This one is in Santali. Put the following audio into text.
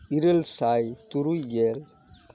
ᱤᱨᱟᱹᱞ ᱥᱟᱭ ᱛᱩᱨᱩᱭ ᱜᱮᱞ